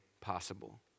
possible